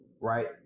right